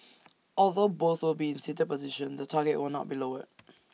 although both will be in A seated position the target will not be lowered